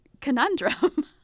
conundrum